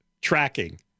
tracking